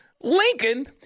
lincoln